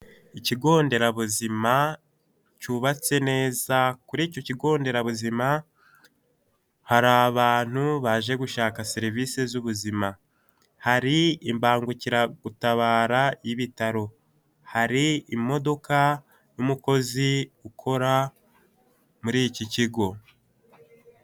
Ikigonderabuzima cyubatse neza kuri icyo kigonderabuzima hari abantu baje gushaka serivisi z'ubuzima, hari imbangukiragutabara y'ibitaro, hari imodoka y'umukozi ukora muri iki kigo.